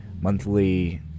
monthly